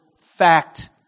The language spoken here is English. fact